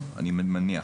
אני מניח.